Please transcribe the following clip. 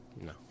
No